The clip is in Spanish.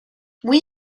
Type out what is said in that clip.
muy